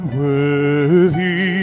worthy